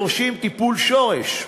שקיימים ודורשים טיפול שורש.